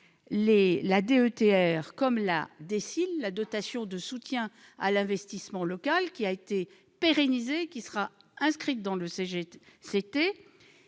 la DETR, comme la DSIL, la dotation de soutien à l'investissement local, qui a été pérennisée et qui sera inscrite dans le CGCT,